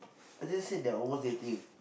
I just said they're almost dating